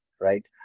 right